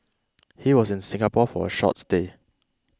he was in Singapore for a short stay